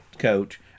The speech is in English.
Coach